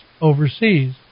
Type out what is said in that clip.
overseas